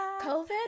COVID